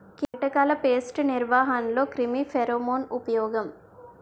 కీటకాల పేస్ట్ నిర్వహణలో క్రిమి ఫెరోమోన్ ఉపయోగం